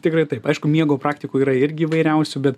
tikrai taip aišku miego praktikų yra irgi įvairiausių bet